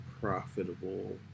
profitable